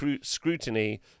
scrutiny